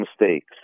mistakes